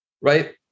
Right